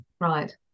right